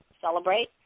celebrate